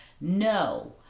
No